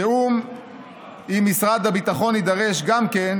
תיאום עם משרד הביטחון יידרש גם אם